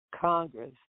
Congress